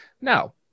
Now